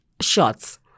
Shots